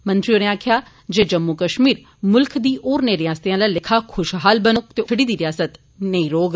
मंत्री होरें आक्खेआ जे जम्मू कश्मीर मुल्ख दी होरनें रियासतें आला लेखा खुशहाल बनौग ते हुन पिछड़ी दी रियासत नेंई रौग